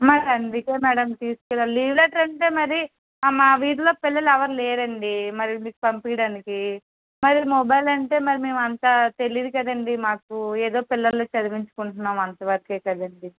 మరి అందుకే మేడం తీసుకెళ్ళి లీవ్ లెటర్ అంటే మరి మా వీధిలో పిల్లలు ఎవరు లేరండి మరి మీకు పంపించడానికి మరి మొబైల్ అంటే మరి మేము అంత తెలియదు కదండి మాకు ఏదో పిల్లల్ని చదివించుకుంటున్నాం అంతవరకే కదండి